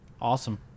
Awesome